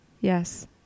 Yes